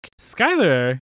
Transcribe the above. Skyler